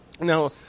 Now